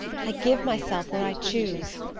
i give myself where i choose.